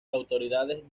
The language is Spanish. autoridades